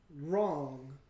wrong